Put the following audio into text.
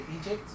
Egypt